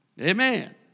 amen